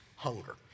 hunger